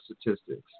statistics